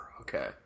okay